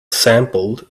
sampled